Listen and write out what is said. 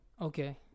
Okay